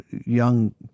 young